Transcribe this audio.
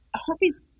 herpes